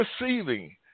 receiving